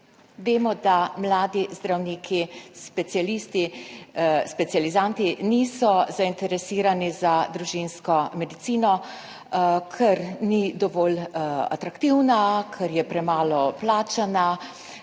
Vemo, da mladi zdravniki specialisti, specializanti niso zainteresirani za družinsko medicino, ker ni dovolj atraktivna, ker je premalo plačana,